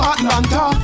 Atlanta